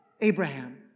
Abraham